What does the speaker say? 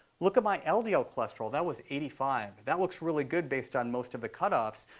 look at my ldl ldl cholesterol. that was eighty five. that looks really good based on most of the cutoffs.